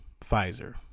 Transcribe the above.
Pfizer